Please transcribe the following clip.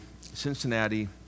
Cincinnati